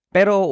Pero